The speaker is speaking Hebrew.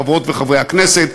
חברות וחברי הכנסת,